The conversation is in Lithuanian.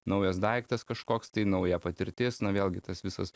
naujas daiktas kažkoks tai nauja patirtis na vėlgi tas visas